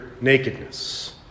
nakedness